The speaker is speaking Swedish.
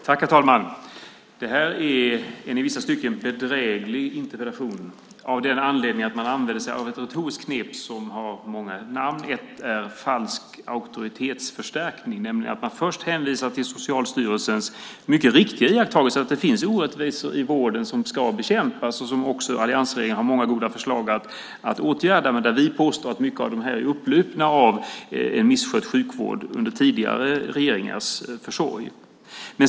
Herr talman! Det här är en i vissa stycken bedräglig interpellation av den anledningen att man använder sig ett retoriskt knep som har många namn. Ett av namnen är falsk auktoritetsförstärkning. Det innebär i det här fallet att man först hänvisar till Socialstyrelsens mycket riktiga iakttagelse att det finns orättvisor i vården som ska bekämpas och som också alliansregeringen har många goda förslag för att åtgärda. Vi påstår dock att många av dem är upplupna av en misskött sjukvård under tidigare regeringars försorg.